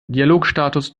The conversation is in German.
dialogstatus